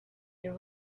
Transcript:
you